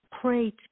pray